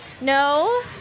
No